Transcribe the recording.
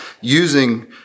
Using